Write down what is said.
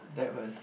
that was